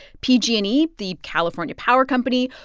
pg and e, the california power company,